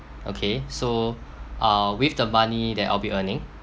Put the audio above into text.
okay so uh with the money that I'll be earning